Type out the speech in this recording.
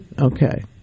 Okay